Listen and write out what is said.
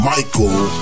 Michael